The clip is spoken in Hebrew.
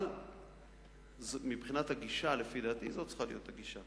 אבל מבחינת הגישה, לפי דעתי זו צריכה להיות הגישה.